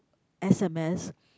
S_M_S